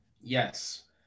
Yes